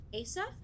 Asa